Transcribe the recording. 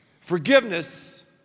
Forgiveness